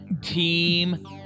Team